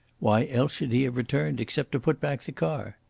why else should he have returned except to put back the car?